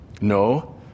no